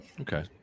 Okay